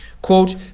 Quote